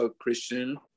Christian